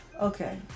Okay